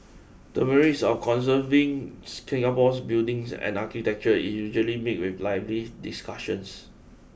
the merits of conserving Singapore's buildings and architecture is usually meet with lively discussions